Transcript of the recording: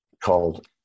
called